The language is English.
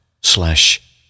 slash